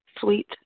Sweet